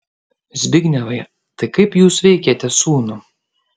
zbignevai tai kaip jūs veikiate sūnų